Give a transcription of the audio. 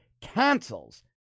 cancels